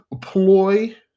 ploy